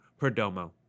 Perdomo